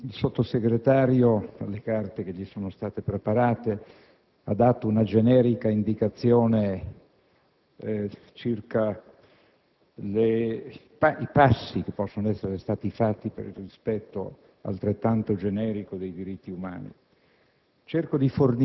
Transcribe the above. Il Sottosegretario, dalle carte che gli sono state preparate, ha dato una generica indicazione circa i passi che possono essere stati fatti per il rispetto, altrettanto generico, dei diritti umani.